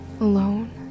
alone